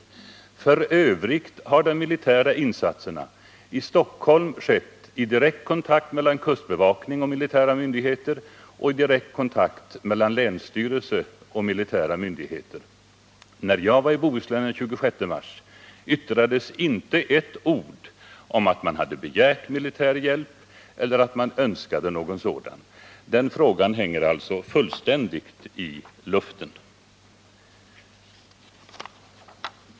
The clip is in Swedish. F. ö. har de militära insatserna i Stockholm skett i direkt kontakt mellan kustbevakning och militära myndigheter samt i direkt kontakt mellan länsstyrelse och militära myndigheter. När jag var i Bohuslän den 26 mars yttrades inte ett ord om att man hade begärt militär hjälp eller om att man önskade någon sådan. Även denna fråga av Karl-Erik Svartberg hänger alltså fullständigt i luften.